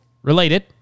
Related